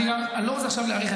--- אני לא רוצה עכשיו להאריך.